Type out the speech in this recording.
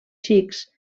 sikhs